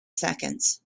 seconds